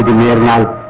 we allow